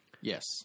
Yes